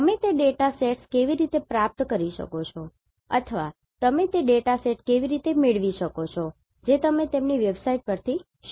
તમે તે data sets કેવી રીતે પ્રાપ્ત કરી શકો છો અથવા તમે તે ડેટા સેટ કેવી રીતે મેળવી શકો છો જે તમે તેમની વેબસાઇટ્સ પરથી શીખી શકો છો